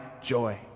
joy